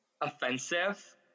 offensive